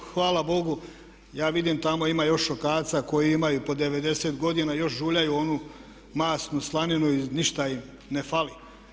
Hvala Bogu ja vidim tamo ima još šokaca koji imaju po 90 godina i još žuljaju onu masnu slaninu i ništa im ne fali.